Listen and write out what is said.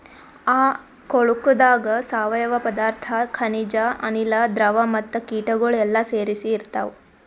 ಆ ಕೊಳುಕದಾಗ್ ಸಾವಯವ ಪದಾರ್ಥ, ಖನಿಜ, ಅನಿಲ, ದ್ರವ ಮತ್ತ ಕೀಟಗೊಳ್ ಎಲ್ಲಾ ಸೇರಿಸಿ ಇರ್ತಾವ್